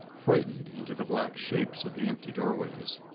frightened into the black shapes of the empty doorways.